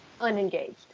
unengaged